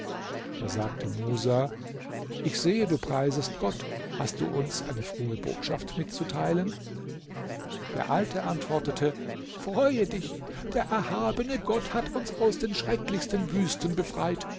da sagte musa ich sehe du preisest gott hast du uns eine frohe botschaft mitzuteilen der alte antwortete freue dich der erhabene gott hat uns aus den schrecklichsten wüsten befreit